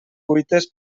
cuites